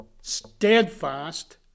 steadfast